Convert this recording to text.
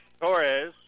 Torres